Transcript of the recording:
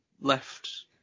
left